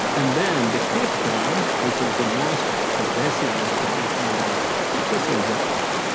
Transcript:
and then the fifth one, which is the most pervasive one, i call them social jet lag.